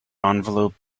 envelope